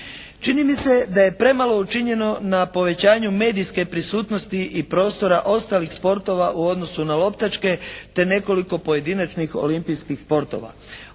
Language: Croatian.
Čini mi se da je premalo učinjeno na povećanju medijske prisutnosti i prostora ostalih sportova u odnosu na loptačke te nekoliko pojedinačnih olimpijskih sportova.